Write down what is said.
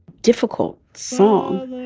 difficult song